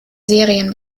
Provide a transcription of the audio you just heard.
serien